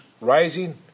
rising